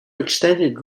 extended